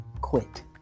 quit